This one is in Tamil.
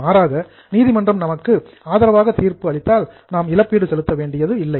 மாறாக நீதிமன்றம் நமக்கு ஆதரவாக தீர்ப்பு அளித்தால் நாம் இழப்பீடு செலுத்த வேண்டியதில்லை